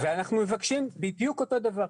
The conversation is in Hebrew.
ואנחנו מבקשים בדיוק אותו דבר.